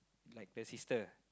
like her sister